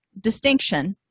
distinction